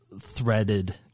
threaded